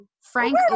Frank